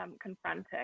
confronting